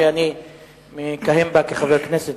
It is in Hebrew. הרי אני גם מכהן בה כחבר כנסת.